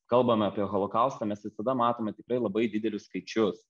kalbame apie holokaustą mes visada matome tikrai labai didelius skaičius